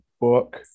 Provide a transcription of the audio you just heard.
book